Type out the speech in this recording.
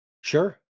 sure